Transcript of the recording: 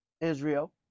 Israel